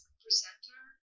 presenter